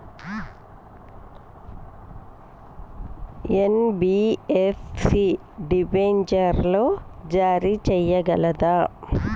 NBFC డిబెంచర్లు జారీ చేయగలదా?